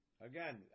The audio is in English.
Again